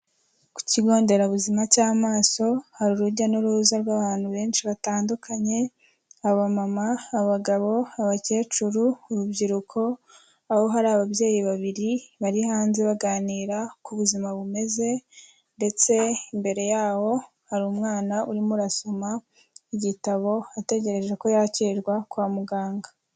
Ku kigo nderabuzima cy'amaso, hari urujya n'uruza rw'abantu benshi batandukanye, abamama, abagabo, abakecuru, urubyiruko, aho hari ababyeyi babiri bari hanze baganira uko ubuzima bumeze ndetse imbere yabo hari umwana urimo urasoma igitabo, ategereje ko yakirwa kwa muganga.